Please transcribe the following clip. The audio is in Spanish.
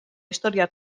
historia